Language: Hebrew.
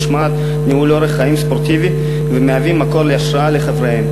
משמעת וניהול אורח חיים ספורטיבי ומהווים מקור השראה לחבריהם.